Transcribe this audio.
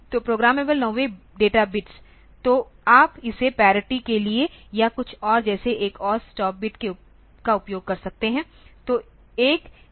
तो प्रोग्रामेबल नौवें data bits तो आप इसे पैरिटी के लिए या कुछ और जैसे और एक स्टॉप बिट का उपयोग कर सकते हैं